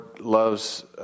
loves